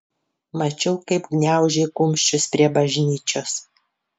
mačiau kaip gniaužei kumščius prie bažnyčios